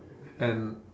and